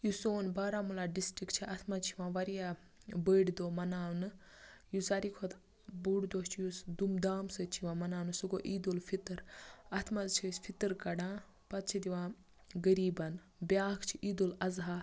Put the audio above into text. یُس سون بارامُلا ڈِسٹٕرک چھِ اَتھ منٛز چھِ یِوان وارِیاہ بٔڈۍ دۅہ مَناونہٕ یُس ساروٕے کھۄتہٕ بوٚڈ دۅہ چھُ یُس دوٗم دام سٍتۍ چھِ یِوان مَناونہٕ سُہ گوٚو عیٖد اَلفِتٔر اَتھ منٛز چھِ أسۍ فِتٔر کَڈان پَتہٕ چھِ دِوان غریٖبن بیٛاکھ چھِ عید اَلاظھا